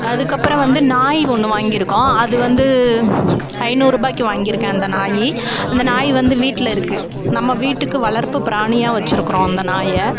அதுக்கப்பறம் வந்து நாய் ஒன்று வாங்கிருக்கோம் அது வந்து ஐநூருபாய்க்கு வாங்கிருக்கேன் அந்த நாய் அந்த நாய் வந்து வீட்டில இருக்குது நம்ம வீட்டுக்கு வளர்ப்பு பிராணியாக வச்சி இருக்கிறோம் அந்த நாயை